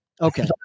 Okay